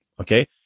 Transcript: okay